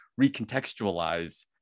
recontextualize